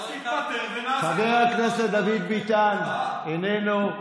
אז תתפטר ונעשה משהו, חבר הכנסת דוד ביטן, איננו.